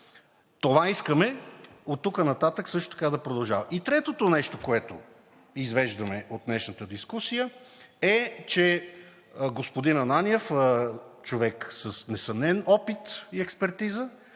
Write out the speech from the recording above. Това искаме оттук нататък също така да продължава. И третото нещо, което извеждаме от днешната дискусия, е, че господин Ананиев – човек с несъмнен опит и експертиза,